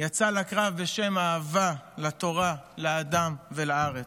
יצא לקרב בשם אהבה לתורה, לאדם ולארץ.